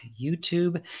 YouTube